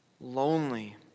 lonely